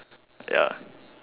ya